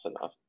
enough